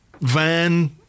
van